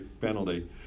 penalty